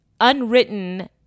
unwritten